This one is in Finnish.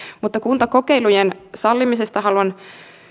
mutta kuntakokeilujen sallimisesta haluan